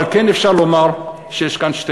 אבל כן אפשר לומר שיש כאן שני